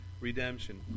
redemption